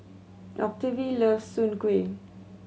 Octavie loves soon kway